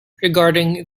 regarding